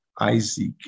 isaac